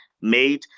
made